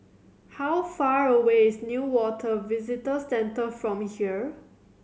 how far away is Newater Visitor Centre from here